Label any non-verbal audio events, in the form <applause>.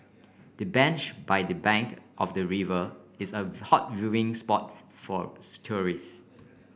the bench by the bank of the river is a <unintelligible> hot viewing spot for for tourists